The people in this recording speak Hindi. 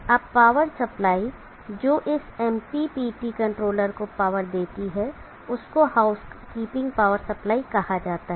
अब पावर सप्लाई जो इस MPPT कंट्रोलर को पावर देती है उसको हाउसकीपिंग पॉवर सप्लाई कहा जाता है